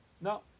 No